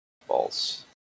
False